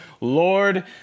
Lord